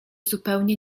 zupełnie